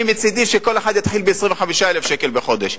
אני, מצדי, שכל אחד יתחיל ב-25,000 שקל בחודש.